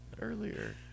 earlier